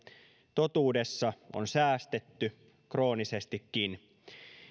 totuudessa on säästetty kroonisestikin